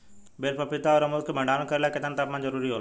बेल पपीता और अमरुद के भंडारण करेला केतना तापमान जरुरी होला?